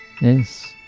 Yes